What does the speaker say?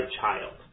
child